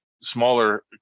smaller